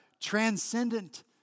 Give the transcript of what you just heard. transcendent